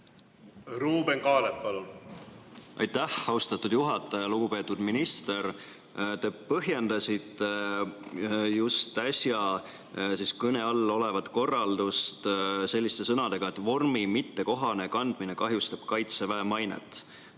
Ruuben Kaalep, palun! Aitäh, austatud juhataja! Lugupeetud minister! Te põhjendasite kõne all olevat korraldust selliste sõnadega, et vormi mittekohane kandmine kahjustab Kaitseväe mainet.